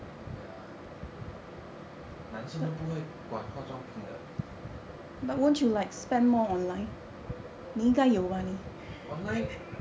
ya 男生都不会管化妆品的 online